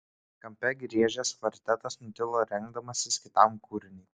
kampe griežęs kvartetas nutilo rengdamasis kitam kūriniui